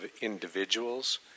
individuals